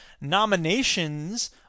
Nominations